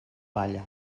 palla